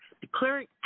declaring